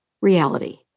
reality